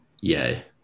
yay